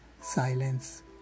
silence